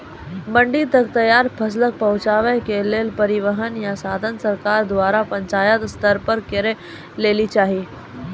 मंडी तक तैयार फसलक पहुँचावे के लेल परिवहनक या साधन सरकार द्वारा पंचायत स्तर पर करै लेली चाही?